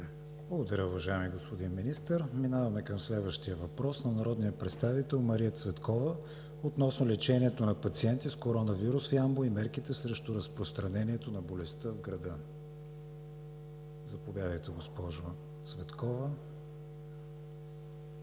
Благодаря, уважаеми господин Министър. Минаваме към следващия въпрос на народния представител Мария Цветкова относно лечението на пациенти с коронавирус в Ямбол и мерките срещу разпространението на болестта в града. Заповядайте, госпожо Цветкова.